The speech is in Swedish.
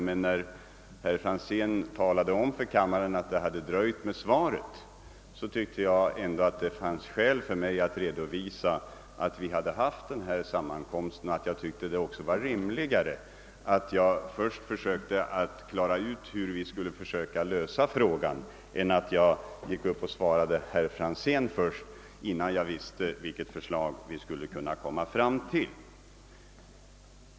Men när herr Franzén talade om för kammaren att det hade dröjt med svaret tyckte jag ändå det fanns skäl för mig att redovisa att vi hade haft denna sammankomst och att jag även fann det mera rimligt att först försöka klara ut hur vi skulle lösa frågan än att jag skulle svara herr Franzén, innan jag alltså visste vilket förslag vi skulle kunna komma fram till.